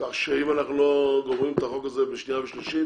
כך שאם אנחנו לא גומרים את החוק הזה בשנייה ושלישית,